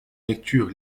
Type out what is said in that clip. lecture